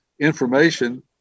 information